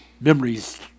memories